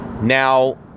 Now